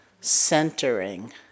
centering